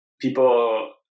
people